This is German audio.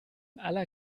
aller